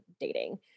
dating